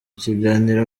kiganiro